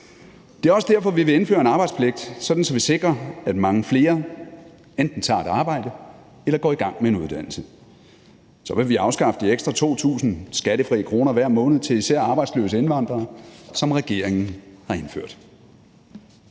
Det er også derfor, vi vil indføre en arbejdspligt, sådan at vi sikrer, at mange flere enten tager et arbejde eller går i gang med en uddannelse. Så vil vi afskaffe de ekstra 2.000 skattefrie kroner hver måned til især arbejdsløse indvandrere, som regeringen har indført.